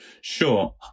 Sure